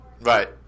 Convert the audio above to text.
Right